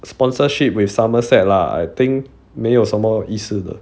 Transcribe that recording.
sponsorship with somerset lah I think 没有什么意思的